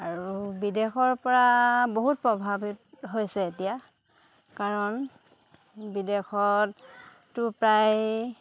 আৰু বিদেশৰ পৰা বহুত প্ৰভাৱিত হৈছে এতিয়া কাৰণ বিদেশতো প্ৰায়